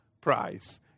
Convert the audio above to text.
price